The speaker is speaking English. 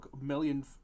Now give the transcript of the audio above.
million